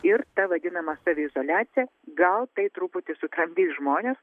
ir ta vadinama saviizoliacija gal tai truputį sutramdys žmones